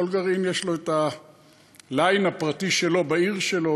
כל גרעין יש לו את הליין הפרטי שלו בעיר שלו,